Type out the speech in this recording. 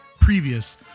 previous